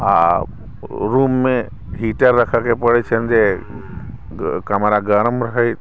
आ रूममे हीटर रखयके पड़ैत छन्हि जे कमरा गरम रहै